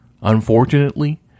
Unfortunately